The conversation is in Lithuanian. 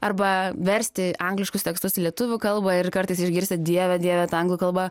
arba versti angliškus tekstus į lietuvių kalbą ir kartais išgirsti dieve dieve ta anglų kalba